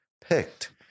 picked